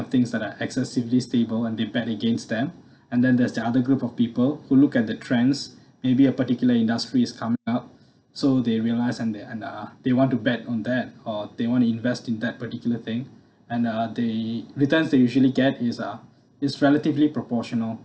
the things that are excessively stable and debate against them and then there's the other group of people who look at the trends maybe a particular industries come up so they realised and they and uh they want to bet on that or they want to invest in that particular thing and uh they returns they usually get is ah is relatively proportional